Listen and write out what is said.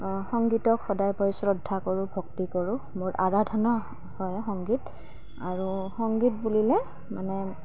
সংগীতক সদায় পৰি শ্ৰদ্ধা কৰোঁ ভক্তি কৰোঁ মোৰ আৰাধানা হয় সংগীত আৰু সংগীত বুলিলে মানে